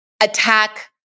attack